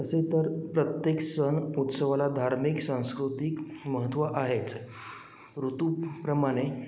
तसे तर प्रत्येक सण उत्सवाला धार्मिक सांस्कृतिक महत्त्व आहेच ऋतूप्रमाणे